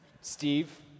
Steve